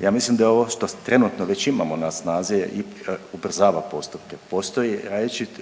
ja mislim da je ovo što trenutno već imamo na snazi ubrzava postupke. Postoje